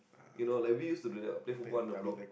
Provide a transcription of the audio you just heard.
you know like we used to do that what play football under the block